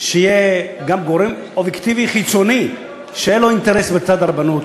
שיהיה גם גורם אובייקטיבי חיצוני שאין לו אינטרס בצד הרבנות.